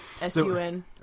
S-U-N